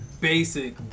basic